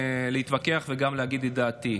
להתווכח וגם להגיד את דעתי.